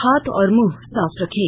हाथ और मुंह साफ रखें